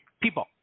people